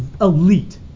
elite